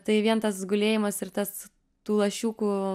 tai vien tas gulėjimas ir tas tų lašiukų